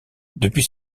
depuis